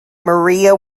maria